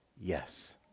yes